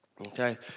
Okay